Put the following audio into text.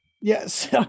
Yes